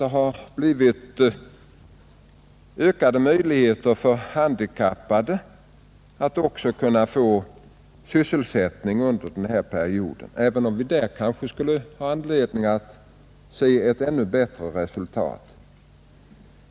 Det har också skapats ökade möjligheter till sysselsättning för de handikappade under denna period, även om vi gärna skulle se ett ännu bättre resultat.